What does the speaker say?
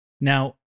now